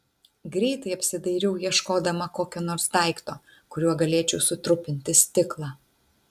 greitai apsidairiau ieškodama kokio nors daikto kuriuo galėčiau sutrupinti stiklą